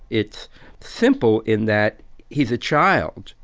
it's simple in that he's a child.